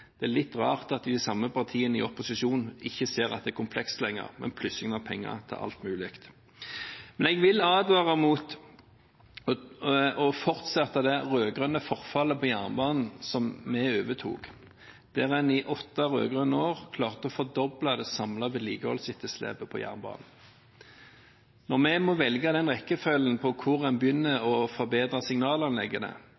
Det er litt rart at de samme partiene i opposisjon ikke lenger ser at det er komplekst, men plusser på penger til alt mulig. Jeg vil advare mot å fortsette det rød-grønne forfallet på jernbanen, som vi overtok. I åtte rød-grønne år klarte en å fordoble det samlede vedlikeholdsetterslepet på jernbanen. Når vi må velge rekkefølge for hvor en